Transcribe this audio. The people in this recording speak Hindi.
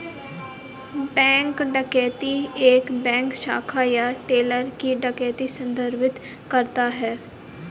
बैंक डकैती एक बैंक शाखा या टेलर की डकैती को संदर्भित करता है